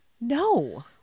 No